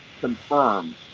confirmed